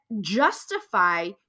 justify